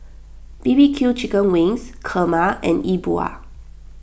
B B Q Chicken Wings Kurma and Yi Bua